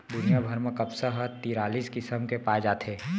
दुनिया भर म कपसा ह तिरालिस किसम के पाए जाथे